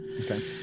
Okay